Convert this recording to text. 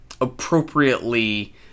appropriately